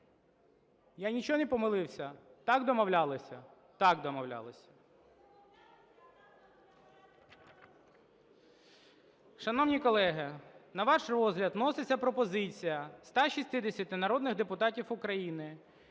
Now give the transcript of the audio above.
Я нічого не помилився? Так домовлялися? Так домовлялися. Шановні колеги, на ваш розгляд вноситься пропозиція 160 народних депутатів України